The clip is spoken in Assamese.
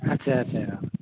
আচ্ছা আচ্ছা